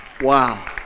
Wow